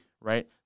right